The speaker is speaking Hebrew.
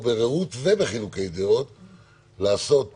ברעות ובחילוקי דעות לעשות חוק,